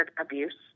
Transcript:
abuse